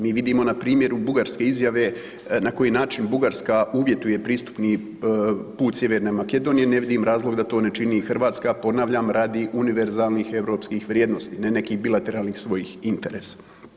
Mi vidimo na primjeru Bugarske izjave na koji način Bugarska uvjetuje pristupni put Sjeverne Makedonije, ne vidim razlog da to ne čini i Hrvatska, ponavljam, radi univerzalnih europskih vrijednost, ne nekih bilateralnih svojih interesa.